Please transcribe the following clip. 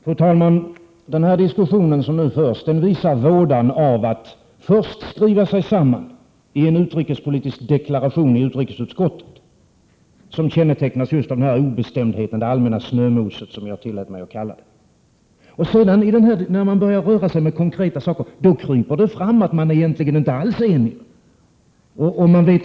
Fru talman! Den här diskussionen visar vådan av att börja med att skriva sig samman i en utrikespolitisk deklaration i utrikesutskottet — som kännetecknas just av obestämdhet och allmänt snömos, som jag tillät mig kalla det. Sedan, när ni börjar röra er med konkreta frågor, kryper det fram att ni inte alls är eniga.